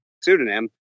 pseudonym